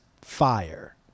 fire